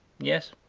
yes?